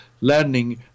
learning